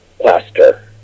plaster